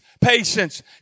patience